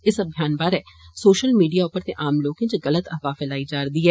इस अभियान बारै सौशल मीडिया उप्पर ते आम लोकें च गल्त अफवाह फैलई जारदी ऐ